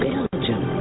Belgium